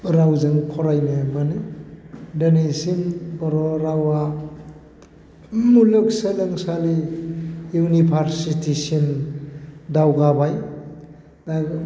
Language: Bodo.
रावजों फरायनो मोनो दिनैसिम बर' रावा मुलुग सोलोंसालि इउनिभारसिटिसिम दावगाबाय दा